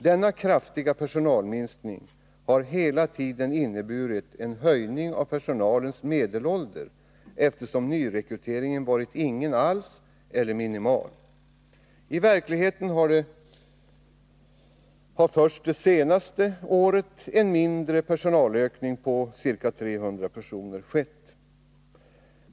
Denna kraftiga personalminskning har hela tiden inneburit en höjning av personalens medelålder — nyrekryteringen har varit ingen alls eller minimal. I verkligheten har en mindre personalökning — på 300 personer — skett först det senaste året.